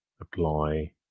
apply